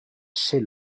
chez